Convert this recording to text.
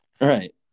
Right